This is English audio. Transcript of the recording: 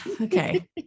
okay